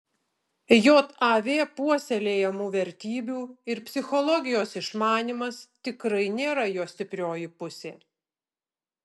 jav puoselėjamų vertybių ir psichologijos išmanymas tikrai nėra jo stiprioji pusė